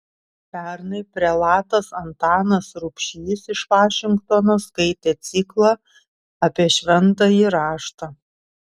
pernai prelatas antanas rubšys iš vašingtono skaitė ciklą apie šventąjį raštą